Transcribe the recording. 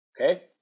okay